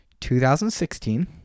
2016